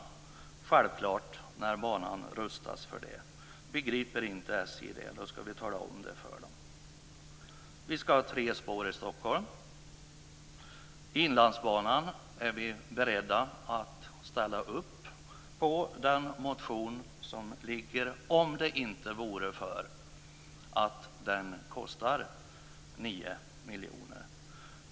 Det är självklart när banan rustas för det. Begriper inte SJ-folket det skall vi tala om det för dem. Vi skall ha tre spår i Stockholm. Vad gäller Inlandsbanan är vi beredda att ställa upp på den motion som föreligger, om det inte vore för att den kostar 9 miljoner.